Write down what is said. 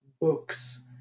books